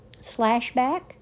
Slashback